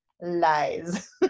lies